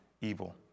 evil